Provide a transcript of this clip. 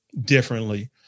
differently